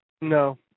No